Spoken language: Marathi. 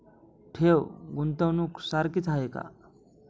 ठेव, गुंतवणूक सारखीच आहे का?